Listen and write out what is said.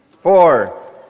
Four